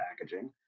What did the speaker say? packaging